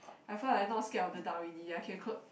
I felt like not scared of the dark already I can clo~